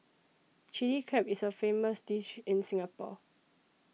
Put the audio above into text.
Chilli Crab is a famous dish in Singapore